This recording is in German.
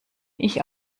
ich